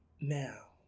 Now